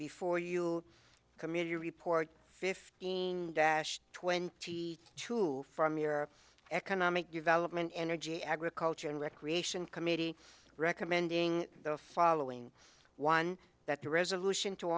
before you committee report fifteen dash twenty two from your economic development energy agriculture and recreation committee recommending the following one that the resolution to